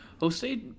Jose